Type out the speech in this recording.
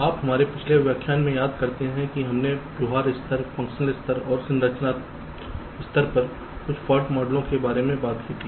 आप हमारे पिछले व्याख्यान में याद करते हैं कि हमने व्यवहार स्तर फ़ंक्शन स्तर और संरचना स्तर पर कुछ फॉल्ट मॉडल के बारे में बात की थी